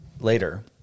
later